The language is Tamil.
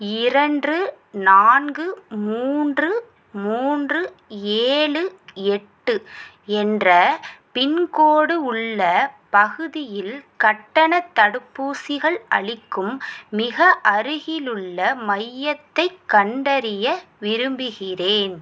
இரண்டு நான்கு மூன்று மூன்று ஏழு எட்டு என்ற பின்கோட் உள்ள பகுதியில் கட்டணத் தடுப்பூசிகள் அளிக்கும் மிக அருகிலுள்ள மையத்தைக் கண்டறிய விரும்புகிறேன்